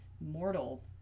mortal